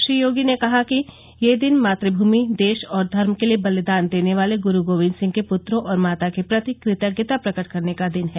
श्री योगी ने कहा कि यह दिन मातृभूमि देश और धर्म के लिए बलिदान देने वाले गुरू गोविन्द सिंह के पुत्रों और माता के प्रति कृतज्ञता प्रकट करने का दिन है